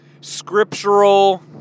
scriptural